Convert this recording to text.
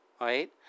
right